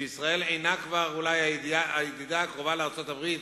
שישראל אולי כבר אינה הידידה הקרובה לארצות-הברית,